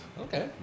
Okay